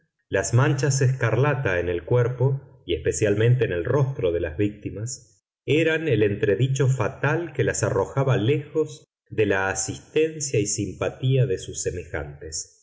las manchas escarlata en el cuerpo y especialmente en el rostro de las víctimas eran el entredicho fatal que las arrojaba lejos de la asistencia y simpatía de sus semejantes